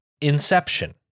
Inception